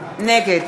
נגד